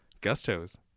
Gusto's